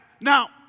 Now